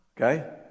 okay